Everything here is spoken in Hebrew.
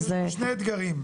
יש שני אתגרים.